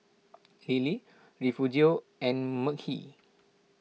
Lillie Refugio and Mekhi